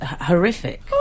horrific